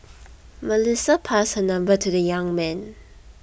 Melissa passed her number to the young man